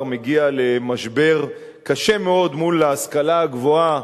מגיע למשבר קשה מאוד מול ההשכלה הגבוהה,